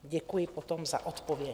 Děkuji potom za odpověď.